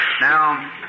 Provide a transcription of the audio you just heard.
Now